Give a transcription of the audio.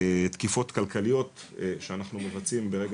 תקיפות כלכליות שאנחנו מבצעים ברגע